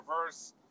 reverse